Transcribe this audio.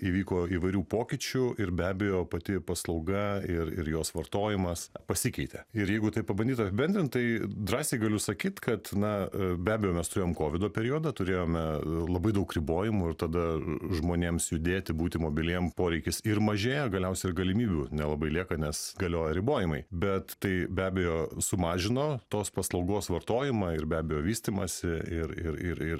įvyko įvairių pokyčių ir be abejo pati paslauga ir ir jos vartojimas pasikeitė ir jeigu taip pabandyt apibendrint tai drąsiai galiu sakyt kad na be abejo mes turėjom kovido periodą turėjome labai daug ribojimų ir tada žmonėms judėti būti mobiliem poreikis ir mažėja galiausiai ir galimybių nelabai lieka nes galioja ribojimai bet tai be abejo sumažino tos paslaugos vartojimą ir be abejo vystymąsi ir ir ir ir